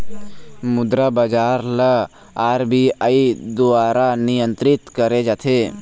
मुद्रा बजार ल आर.बी.आई दुवारा नियंत्रित करे जाथे